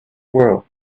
world